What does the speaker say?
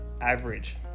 average